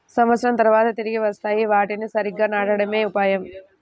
సంవత్సరం తర్వాత తిరిగి వస్తాయి, వాటిని సరిగ్గా నాటడమే ఉపాయం